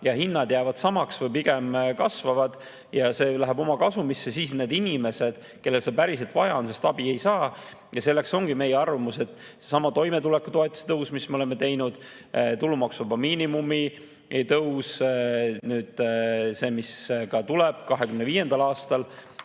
ja hinnad jäävad samaks või pigem kasvavad ja see läheb [nende] kasumisse, siis inimesed, kellel seda päriselt vaja on, sellest abi ei saa. Selle tõttu ongi meie arvamus, et toimetulekutoetuse tõus, mis me oleme teinud, tulumaksuvaba miinimumi tõus – ka see, mis tuleb 2025. aastal